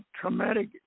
traumatic